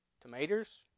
tomatoes